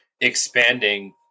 expanding